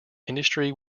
industry